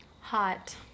hot